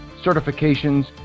certifications